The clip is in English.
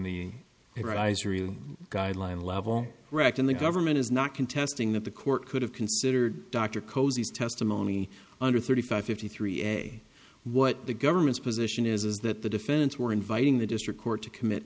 the riser guideline level right in the government is not contesting that the court could have considered dr cozies testimony under thirty five fifty three a what the government's position is is that the defendants were inviting the district court to commit